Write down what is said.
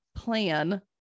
plan